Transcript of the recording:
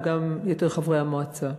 וגם יתר חברי המועצה.